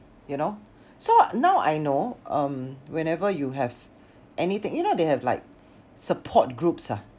you know so now I know um whenever you have anything you know they have like support groups ah